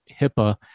hipaa